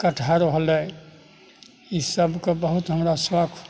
कठहर होलै ई सभके बहुत हमरा शौख